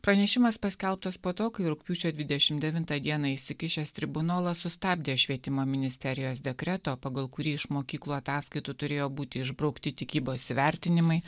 pranešimas paskelbtas po to kai rugpjūčio dvidešimt devintą dieną įsikišęs tribunolas sustabdė švietimo ministerijos dekreto pagal kurį iš mokyklų ataskaitų turėjo būti išbraukti tikybos įvertinimai